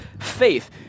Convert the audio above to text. faith